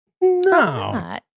No